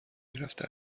میرفت